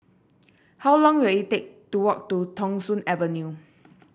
how long will it take to walk to Thong Soon Avenue